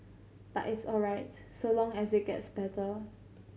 but it's all right so long as it gets better